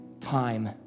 time